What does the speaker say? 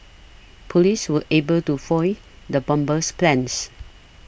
police were able to foil the bomber's plans